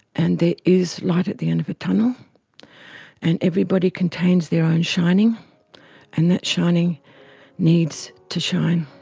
and there is light at the end of the tunnel and everybody contains their own shining and that shining needs to shine,